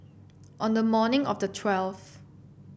on the morning of the twelfth